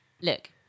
look